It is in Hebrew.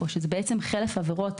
שזה בעצם חלף עבירות,